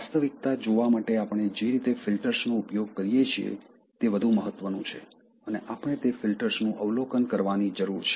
વાસ્તવિકતા જોવા માટે આપણે જે રીતે ફિલ્ટર્સ નો ઉપયોગ કરીએ છીએ તે વધુ મહત્વનું છે અને આપણે તે ફિલ્ટર્સનું અવલોકન કરવાની જરૂર છે